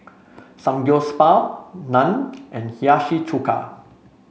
Samgyeopsal Naan and Hiyashi Chuka